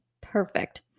perfect